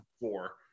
four